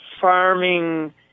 farming